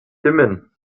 dimmen